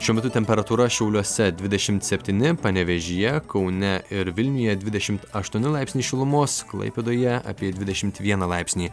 šiuo metu temperatūra šiauliuose dvidešim septyni panevėžyje kaune ir vilniuje dvidešim aštuoni laipsniai šilumos klaipėdoje apie dvidešim vieną laipsnį